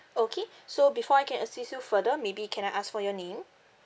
okay so before I can assist you further maybe can I ask for your name